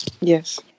Yes